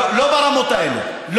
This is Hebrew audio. לא, לא ברמות האלה.